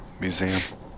Museum